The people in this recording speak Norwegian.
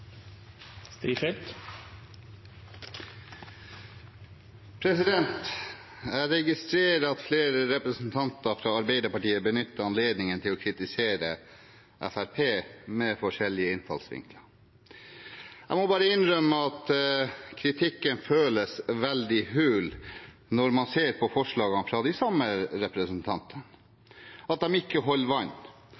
Jeg registrerer at flere representanter fra Arbeiderpartiet benytter anledningen til å kritisere Fremskrittspartiet med forskjellige innfallsvinkler. Jeg må bare innrømme at kritikken føles veldig hul når man ser på forslagene fra de samme representantene